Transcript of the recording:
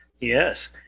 yes